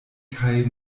kaj